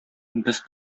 без